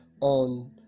on